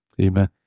Amen